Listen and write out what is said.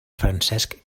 francesc